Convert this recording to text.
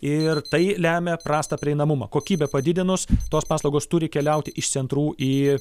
ir tai lemia prastą prieinamumą kokybę padidinus tos paslaugos turi keliauti iš centrų į